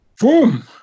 Boom